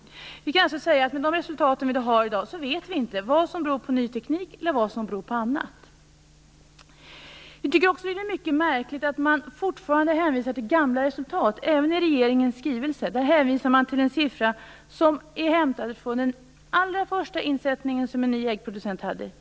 Vi kan alltså säga att med de resultat vi har i dag vet vi inte vad som beror på ny teknik och vad som beror på annat. Vi tycker också att det är mycket märkligt att man forfarande hänvisar till gamla resultat. Även i regeringens skrivelse hänvisas till en siffra som är hämtad från den allra första insättningen som en ny äggproducent gjorde.